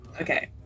okay